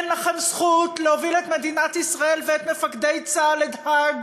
אין לכם זכות להוביל את מדינת ישראל ואת מפקדי צה"ל להאג,